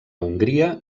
hongria